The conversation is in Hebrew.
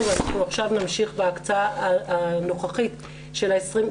ואנחנו עכשיו נמשיך בהקצאה הנוכחית של ה-20,